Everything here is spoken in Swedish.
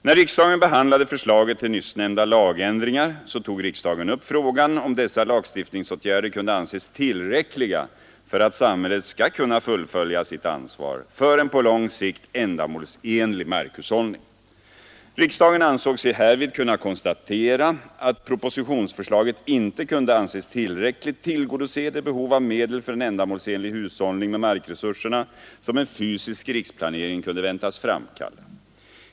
När riksdagen behandlade förslaget till nyssnämnda lagändringar tog riksdagen upp frågan om dessa lagstiftningsåtgärder kunde anses tillräckliga för att samhället skall kunna fullfölja sitt ansvar för en på lång sikt ändamålsenlig markhushållning . Riksdagen ansåg sig härvid kunna konstatera att propositionsförslaget inte kunde anses tillräckligt tillgodose det behov av medel för en ändamålsenlig hushållning med markresurserna som en fysisk riksplanering kunde väntas framkalla.